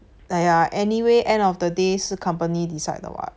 !aiya! anyway end of the day 是 company decide 的 [what]